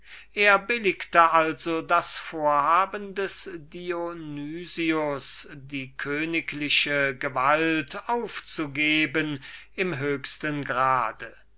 er billigte also das vorhaben des dionys die königliche gewalt aufzugeben im höchsten grade